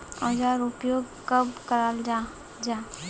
औजार उपयोग कब कराल जाहा जाहा?